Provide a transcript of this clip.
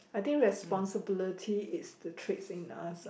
I think responsibility is the traits in us ah